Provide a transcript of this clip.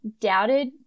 doubted